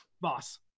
boss